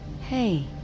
hey